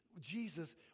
Jesus